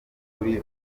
byukuri